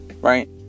Right